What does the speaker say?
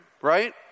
right